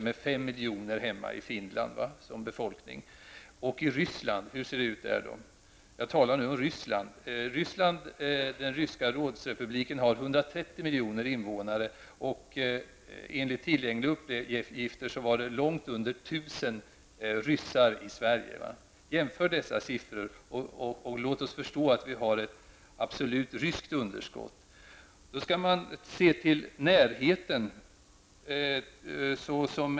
Hur ser det ut då det gäller Ryssland? Jag talar nu om den ryska rådsrepubliken. Den ryska rådsrepubliken har 130 miljoner invånare. Enligt tillgängliga uppgifter är det något under 1 000 ryssar i Sverige. Jämför dessa siffror, och låt oss förstå att vi absolut har ett ryskt underskott. Man skall även se till närheten.